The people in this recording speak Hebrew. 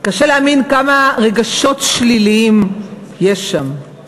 קשה להאמין כמה רגשות שליליים יש שם.